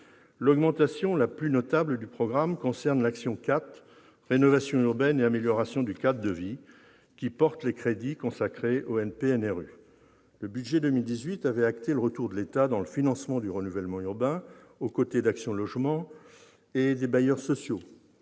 L'augmentation la plus notable du programme concerne l'action n° 04, Rénovation urbaine et amélioration du cadre de vie, qui porte les crédits consacrés au NPNRU. Le budget pour 2018 avait acté le retour de l'État dans le financement du renouvellement urbain, aux côtés d'Action logement et des bailleurs sociaux.